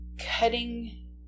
cutting